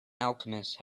alchemist